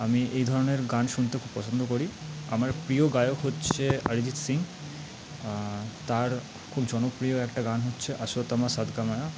আমি এই ধরনের গান শুনতে খুব পছন্দ করি আমার প্রিয় গায়ক হচ্ছে অরিজিৎ সিং তার খুব জনপ্রিয় একটা গান হচ্ছে অসতো মা সদগময়া